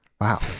Wow